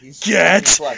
get